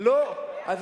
לא, לא.